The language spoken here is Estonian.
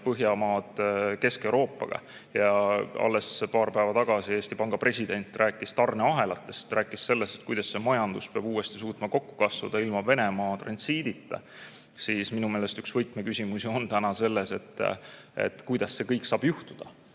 Põhjamaad Kesk-Euroopaga. Ja alles paar päeva tagasi Eesti Panga president rääkis tarneahelatest, rääkis sellest, kuidas see majandus peab uuesti suutma kokku kasvada ilma Venemaa transiidita. Siis on minu meelest üks võtmeküsimusi selles, kuidas see kõik saab juhtuda,